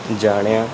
ਜਾਣਿਆ